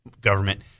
government